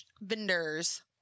vendors